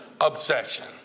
obsession